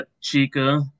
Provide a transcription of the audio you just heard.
Chica